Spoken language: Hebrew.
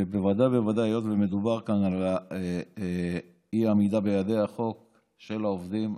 בוודאי ובוודאי היות שמדובר כאן על אי-עמידה ביעדי החוק של העובדים,